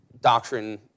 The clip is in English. doctrine